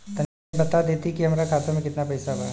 तनि बता देती की हमरे खाता में कितना पैसा बा?